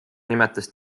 nimetas